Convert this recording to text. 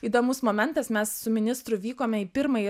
įdomus momentas mes su ministru vykome į pirmąjį